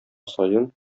саен